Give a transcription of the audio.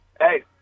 hey